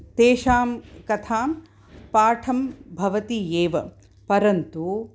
तेषां कथां पाठं भवति एव परन्तु